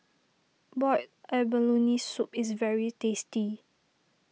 Boiled Abalone Soup is very tasty